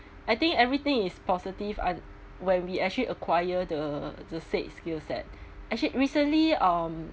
I think everything is positive un~ when we actually acquire the the said skill set actually recently um